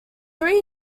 three